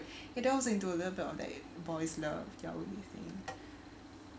it dwells into a little bit of that area of boy's love their only thing